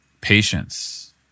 patience